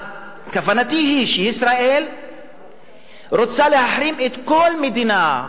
אז כוונתי היא שישראל רוצה להחרים כל מדינה,